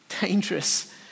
dangerous